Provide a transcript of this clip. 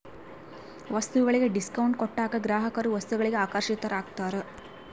ವಸ್ತುಗಳಿಗೆ ಡಿಸ್ಕೌಂಟ್ ಕೊಟ್ಟಾಗ ಗ್ರಾಹಕರು ವಸ್ತುಗಳಿಗೆ ಆಕರ್ಷಿತರಾಗ್ತಾರ